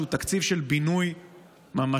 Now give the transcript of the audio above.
שהוא תקציב של בינוי ממשי,